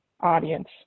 audience